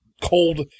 cold